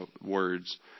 words